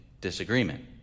disagreement